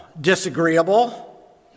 disagreeable